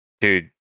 Dude